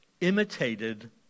imitated